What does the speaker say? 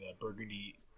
Burgundy